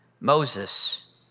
Moses